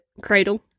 cradle